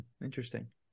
Interesting